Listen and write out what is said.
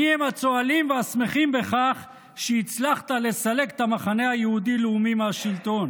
מיהם הצוהלים והשמחים על כך שהצלחת לסלק את המחנה היהודי-לאומי מהשלטון